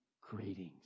Greetings